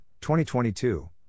2022